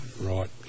Right